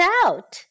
out